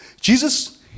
Jesus